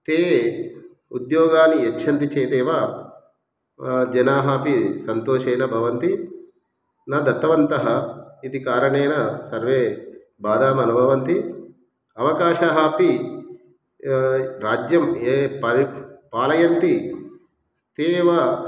ते उद्योगानि यच्छन्ति चेदेव जनाः अपि सन्तोषेण भवन्ति न दत्तवन्तः इति कारणेन सर्वे बाधाम् अनुभवन्ति अवकाशाः अपि राज्यं ये परिपालयन्ति ते एव